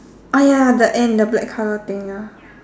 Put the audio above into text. ah ya the end the black colour thing ya